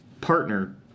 partner